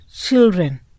children